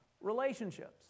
relationships